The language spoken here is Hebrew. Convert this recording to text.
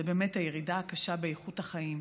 זה הירידה הקשה באיכות החיים.